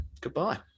goodbye